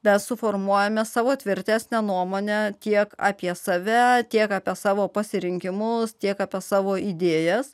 nesuformuojame savo tvirtesnę nuomonę tiek apie save tiek apie savo pasirinkimus tiek apie savo idėjas